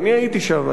אני הייתי שם,